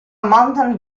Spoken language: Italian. mountain